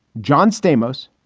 john stamos,